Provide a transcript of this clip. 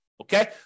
Okay